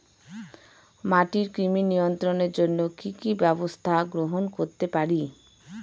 মাটির কৃমি নিয়ন্ত্রণের জন্য কি কি ব্যবস্থা গ্রহণ করতে পারি?